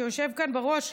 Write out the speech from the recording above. שיושב כאן בראש,